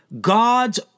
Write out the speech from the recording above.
God's